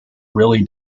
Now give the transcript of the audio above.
really